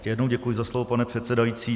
Ještě jednou děkuji za slovo, pane předsedající.